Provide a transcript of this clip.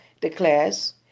declares